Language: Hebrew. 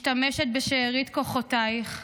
משתמשת בשארית כוחותייך,